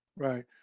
Right